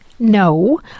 No